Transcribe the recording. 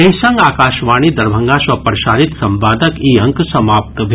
एहि संग आकाशवाणी दरभंगा सँ प्रसारित संवादक ई अंक समाप्त भेल